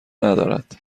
ندارد